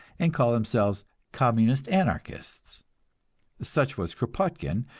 and call themselves communist-anarchists such was kropotkin,